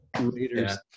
leaders